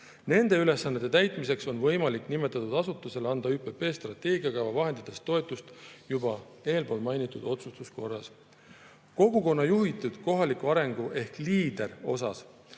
Nende ülesannete täitmiseks on võimalik nimetatud asutusele anda ÜPP strateegiakava vahenditest toetust juba eespool mainitud otsustuskorras. Osas "Kogukonna juhitud kohalik areng – LEADER" on